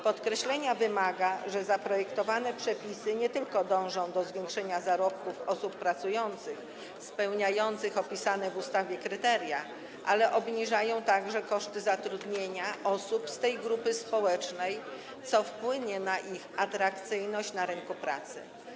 Podkreślenia wymaga fakt, że zaprojektowane przepisy dążą nie tylko do zwiększenia zarobków osób pracujących spełniających opisane w ustawie kryteria, lecz także obniżają koszty zatrudnienia osób z tej grupy społecznej, co wpłynie na wzrost ich atrakcyjności na rynku pracy.